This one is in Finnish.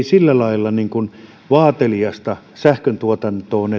sillä lailla vaateliasta sähköntuotantoon